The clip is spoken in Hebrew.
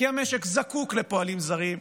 כי המשק זקוק לפועלים זרים,